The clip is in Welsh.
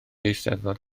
eisteddfod